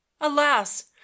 alas